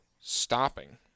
stopping